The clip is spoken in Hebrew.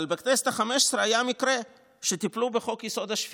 אבל בכנסת החמש-עשרה היה מקרה שטיפלו בחוק-יסוד: השפיטה,